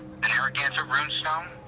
and narragansett rune stone